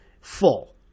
full